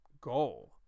goal